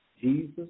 Jesus